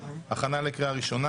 הכנה לקריאה ראשונה.